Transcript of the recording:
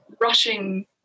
rushing